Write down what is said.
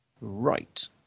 right